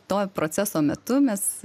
to proceso metu mes